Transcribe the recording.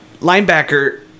linebacker